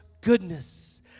goodness